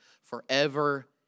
forever